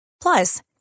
Plus